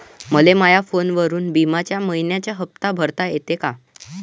मले माया फोनवरून बिम्याचा मइन्याचा हप्ता भरता येते का?